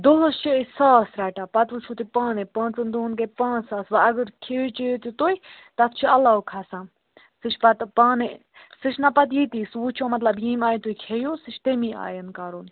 دۄہَس چھِ أسۍ ساس رَٹان پَتہٕ وُچھو تُہۍ پانَے پانٛژَن دۄہَن گٔے پانٛژھ ساس وۅنۍ اگر کھیٚیِو چیٚیِو تہِ تُہۍ تَتھ چھُ علاوٕ کھَسان سُہ چھُ پَتہٕ پانَے سُہ چھُنا پَتہٕ ییٚتی سُہ وُچھو مطلب ییٚمہِ آیہِ تُہۍ کھیٚیِو سُہ چھُ تمی آیَن کَرُن